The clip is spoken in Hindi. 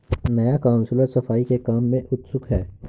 नया काउंसलर सफाई के काम में उत्सुक है